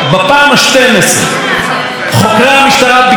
ביקרו במעונו של ראש הממשלה וחקרו אותו,